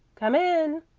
come in!